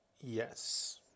Yes